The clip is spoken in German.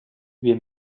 wir